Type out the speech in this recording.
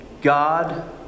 God